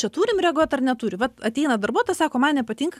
čia turim reaguot ar neturi vat ateina darbuotojas sako man nepatinka